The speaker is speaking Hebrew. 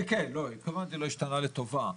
כן, התכוונתי שלא השתנה לטובה.